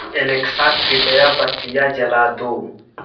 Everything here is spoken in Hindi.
एलेक्सा कृपया बत्तियाँ जला दो